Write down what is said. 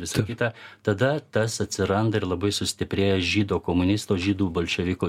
visa kita tada tas atsiranda ir labai sustiprėja žydo komunisto žydų bolševiko